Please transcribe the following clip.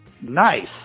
Nice